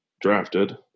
drafted